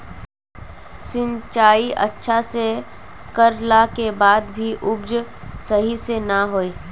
सिंचाई अच्छा से कर ला के बाद में भी उपज सही से ना होय?